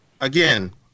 Again